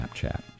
Snapchat